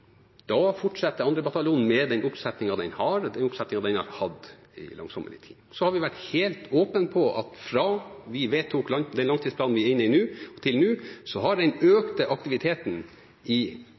Da fortsetter 2. bataljon med den oppsetningen den har og har hatt i langsommelige tider. Så har vi vært åpne om at fra vi vedtok langtidsplanen vi er inne i nå, til nå, har den